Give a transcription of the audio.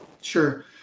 Sure